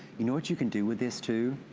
you know what you can do with this too,